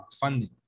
funding